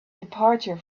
departure